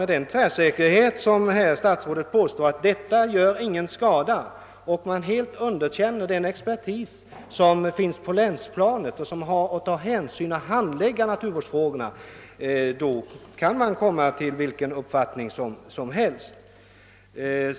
Med den tvärsäkerhet med vilken herr statsrådet påstår att förfarandet inte medför någon skada och genom att helt underkänna den expertis, som finns på länsplanet och som har att ta hänsyn till och handlägga naturvårdsfrågorna, kan man givetvis komma till vilken uppfattning som helst.